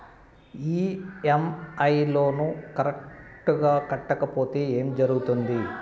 EMI loan correct గా కట్టకపోతే ఏం జరుగుతుంది